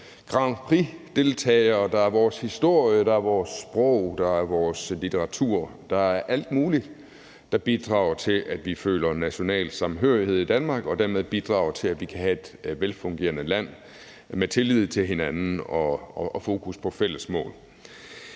grandprixdeltagere. Der er vores historie. Der er vores sprog. Der er vores litteratur. Der er alt muligt, der bidrager til, at vi føler en national samhørighed i Danmark, og dermed bidrager til, at vi kan have et velfungerende land med tillid til hinanden og fokus på fælles mål.